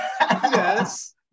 yes